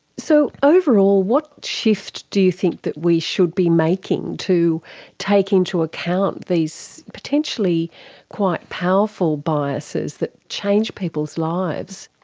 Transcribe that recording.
so, overall, what shift do you think that we should be making to take into account these potentially quite powerful biases that change people's lives?